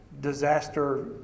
disaster